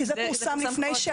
כי זה פורסם לפני,